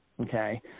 Okay